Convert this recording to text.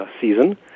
season